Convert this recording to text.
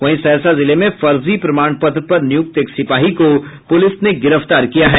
वहीं सहरसा जिले में फर्जी प्रमाण पत्र पर नियुक्त एक सिपाही को पुलिस ने गिरफ्तार किया है